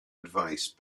advice